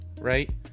right